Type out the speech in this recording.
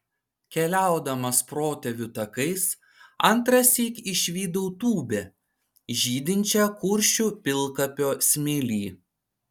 keliaudamas protėvių takais antrąsyk išvydau tūbę žydinčią kuršių pilkapio smėly